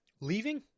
leaving